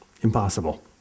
Impossible